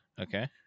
Okay